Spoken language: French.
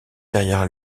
derrière